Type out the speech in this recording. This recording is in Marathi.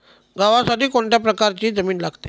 गव्हासाठी कोणत्या प्रकारची जमीन लागते?